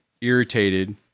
irritated